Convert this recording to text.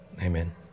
Amen